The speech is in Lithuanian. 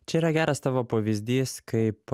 čia yra geras tavo pavyzdys kaip